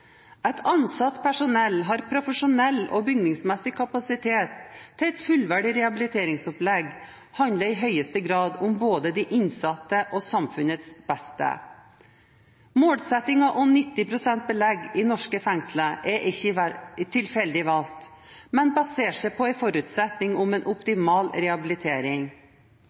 et fullverdig rehabiliteringsopplegg, handler i høyeste grad om både de innsatte og samfunnets beste. Målsettingen om 90 pst. belegg i norske fengsler er ikke tilfeldig valgt, men baserer seg på en forutsetning om en optimal rehabilitering.